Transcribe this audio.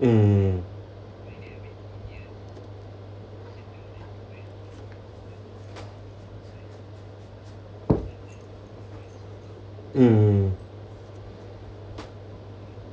mm mm